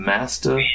Master